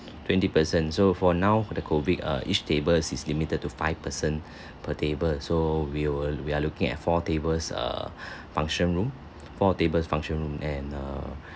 twenty person so for now the COVID err each tables is limited to five person per table so we will we are looking at four tables err function room for tables function room and err